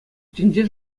тӗнче